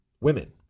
women